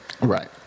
Right